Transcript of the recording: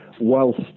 whilst